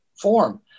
form